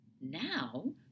now